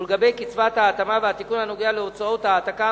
ולגבי קצבת ההתאמה והתיקון הנוגע להוצאות העתקה,